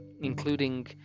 including